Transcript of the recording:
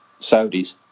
Saudis